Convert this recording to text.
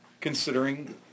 considering